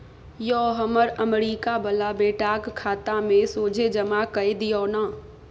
यौ हमर अमरीका बला बेटाक खाता मे सोझे जमा कए दियौ न